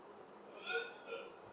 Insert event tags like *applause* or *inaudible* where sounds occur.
*noise*